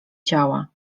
ciała